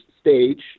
stage